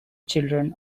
children